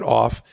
off